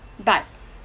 but